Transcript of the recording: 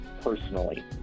personally